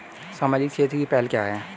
सामाजिक क्षेत्र की पहल क्या हैं?